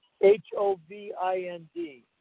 H-O-V-I-N-D